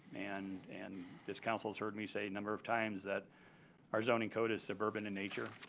and and this council has heard me say a number of times that our zoning code is suburban in nature.